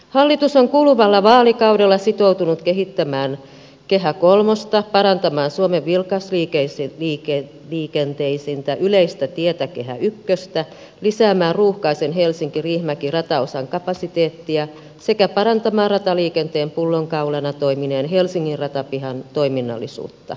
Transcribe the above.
hallitus on kuluvalla vaalikaudella sitoutunut kehittämään kehä kolmosta parantamaan suomen vilkasliikenteisintä yleistä tietä kehä ykköstä lisäämään ruuhkaisen helsinkiriihimäki rataosan kapasiteettia sekä parantamaan rataliikenteen pullonkaulana toimineen helsingin ratapihan toiminnallisuutta